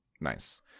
Nice